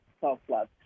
self-love